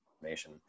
information